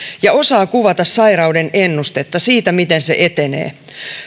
ja osaa kuvata sairauden ennustetta siitä miten se etenee